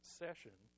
session